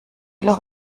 loch